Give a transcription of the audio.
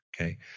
Okay